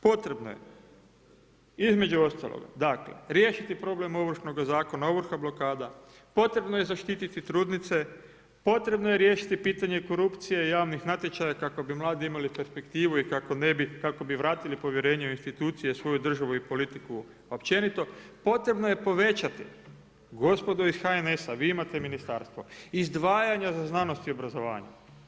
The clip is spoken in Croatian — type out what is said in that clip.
Potrebno je između ostalog riješiti problem Ovršnoga zakona, ovrha blokada, potrebno je zaštiti trudnice, potrebno je riješiti pitanje korupcije i javnih natječaja kako bi mladi imali perspektivu i kako bi vratili povjerenje u institucije, svoju državu i politiku općenito, potrebno je povećati gospodo iz HNS-a vi imate ministarstva, izdvajanja za znanost i obrazovanje.